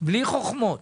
בלי חוכמות,